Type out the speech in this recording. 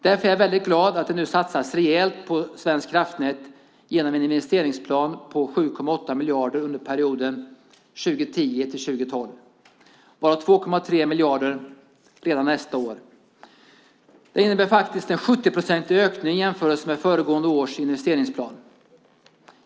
Därför är jag väldigt glad över att det nu satsas rejält på Svenska Kraftnät genom en investeringsplan om 7,8 miljarder för perioden 2010-2012 - varav 2,3 miljarder redan nästa år. Det innebär en 70-procentig ökning jämfört med föregående års investeringsplan.